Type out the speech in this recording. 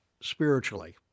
spiritually